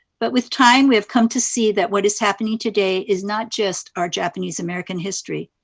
but with time we have come to see that what is happening today is not just our japanese american history,